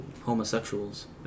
Homosexuals